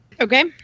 Okay